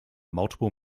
multiple